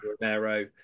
Romero